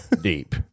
deep